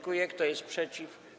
Kto jest przeciw?